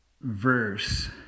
verse